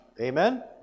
Amen